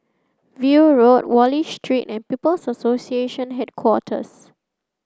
View Road Wallich Street and People's Association Headquarters